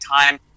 time